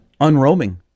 unroaming